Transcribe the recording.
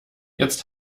jetzt